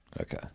Okay